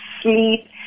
sleep